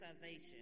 salvation